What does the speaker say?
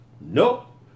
nope